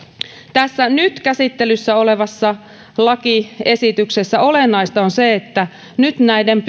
tässä nyt käsittelyssä olevassa lakiesityksessä olennaista on se että nyt näiden